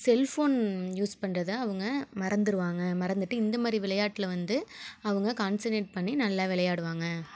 cellphone use பண்ணுறத அவங்க மறந்துருவாங்கள் மறந்துட்டு இந்தமாதிரி விளையாட்ல் வந்து அவங்க கான்சண்ட்ரேட் பண்ணி நல்லா விளையாடுவாங்கள்